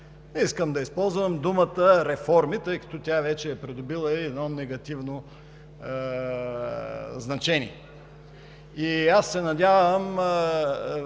не искам да използвам думата „реформи“, тъй като тя вече е придобила негативно значение. Надявам